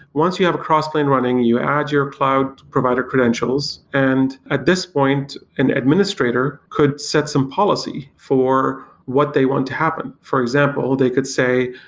once you have crossplane running, you add your cloud provider credentials, and at this point an administrator could set some policy for what they want to happen. for example, they could say,